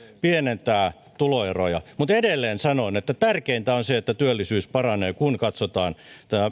pienentää tuloeroja mutta edelleen sanon että tärkeintä on se että työllisyys paranee kun katsotaan